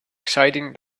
exciting